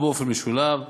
או באופן משולב,